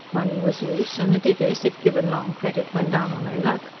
money was loose, and the diggers, if given long credit when down on their luck,